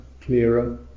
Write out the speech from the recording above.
clearer